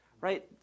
right